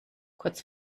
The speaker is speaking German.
kurz